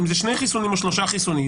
אם זה שני חיסונים או שלושה חיסונים,